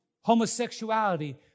Homosexuality